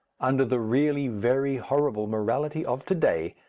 under the really very horrible morality of to-day,